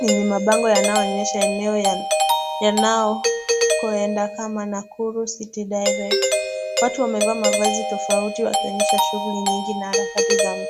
yenye mabango yanaonyesha eneo ya, yanakoenda kama Nakuru City Direct . Watu wamevaa mavazi tofauti wakionyesha shughuli nyingi na harakati za mtaa.